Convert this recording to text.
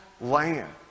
land